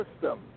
system